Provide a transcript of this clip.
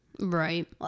Right